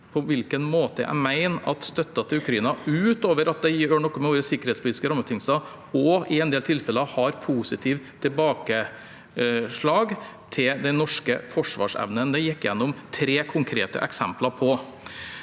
på hvilken måte jeg mener at støtten til Ukraina – utover at det gjør noe med våre sikkerhetspolitiske rammebetingelser – i en del tilfeller også har en positiv tilbakevirkning på den norske forsvarsevnen. Det gikk jeg gjennom tre konkrete eksempler på.